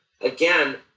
again